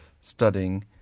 studying